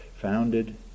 founded